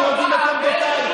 אנחנו יודעים את עמדותייך.